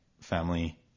family